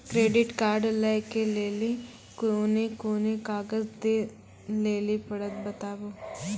Credit card लै के लेली कोने कोने कागज दे लेली पड़त बताबू?